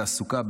תעסוקה,